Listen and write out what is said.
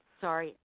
Sorry